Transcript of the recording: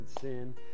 sin